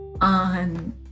on